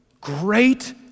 great